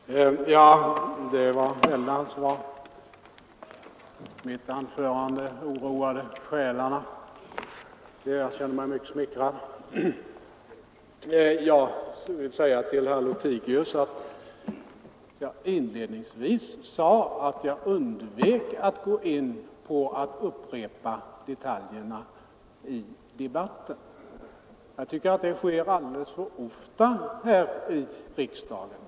Herr talman! Det var väldigt vad mitt anförande oroade själarna. Jag känner mig mycket smickrad. Jag vill säga till herr Lothigius att jag inledningsvis sade att jag undvek att upprepa detaljerna i debatten. Det sker alldeles för ofta här i kammaren.